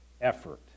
effort